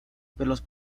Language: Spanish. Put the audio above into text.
pelos